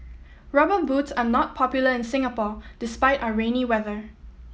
Rubber Boots are not popular in Singapore despite our rainy weather